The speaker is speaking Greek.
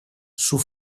σου